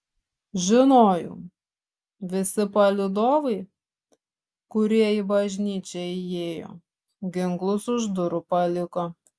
žinojau visi palydovai kurie į bažnyčią įėjo ginklus už durų paliko